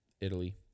Italy